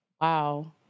Wow